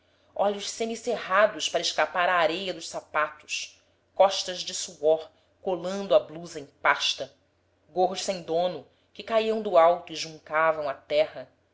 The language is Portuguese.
olhos semicerrados para escapar à areia dos sapatos costas de suor colando a blusa em pasta gorros sem dono que caíam do alto e juncavam a terra